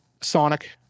Sonic